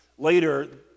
Later